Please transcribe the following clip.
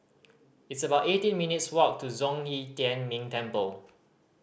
it's about eighteen minutes' walk to Zhong Yi Tian Ming Temple